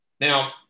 Now